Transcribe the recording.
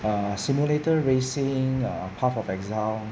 uh simulator racing err path of exile